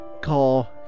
call